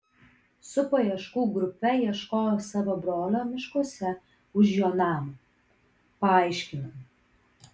su paieškų grupe ieškojau savo brolio miškuose už jo namo paaiškinau